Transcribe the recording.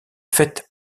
faite